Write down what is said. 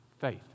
Faith